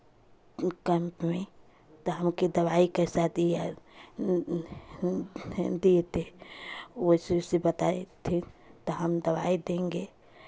camp में तो हमके दवाई कैसा दिए है देते वैसे वैसे बताए थे तो हम दवाई देंगे